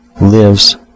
lives